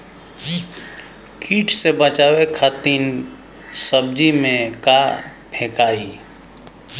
कीट से बचावे खातिन सब्जी में का फेकाई?